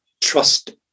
trust